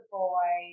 boy